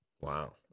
wow